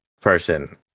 person